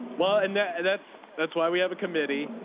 well and yeah that's that's why we have a committee.